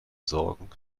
sorgen